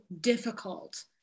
difficult